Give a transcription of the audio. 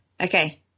Okay